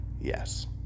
yes